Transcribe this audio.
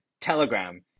telegram